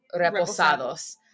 reposados